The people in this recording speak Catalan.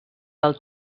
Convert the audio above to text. del